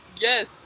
Yes